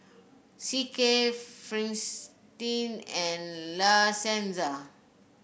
C K Fristine and La Senza